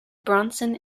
bronson